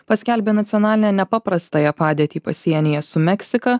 paskelbė nacionalinę nepaprastąją padėtį pasienyje su meksika